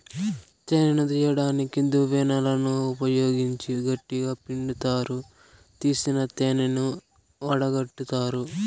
తేనెను తీయడానికి దువ్వెనలను ఉపయోగించి గట్టిగ పిండుతారు, తీసిన తేనెను వడగట్టుతారు